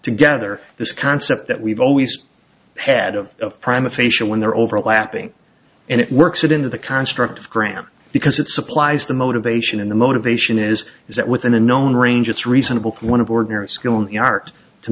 together this concept that we've always had of prime official when they're overlapping and it works it into the construct of graham because it supplies the motivation in the motivation is is that within a known range it's reasonable for one of ordinary skill in the art to